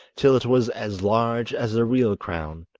till it was as large as a real crown.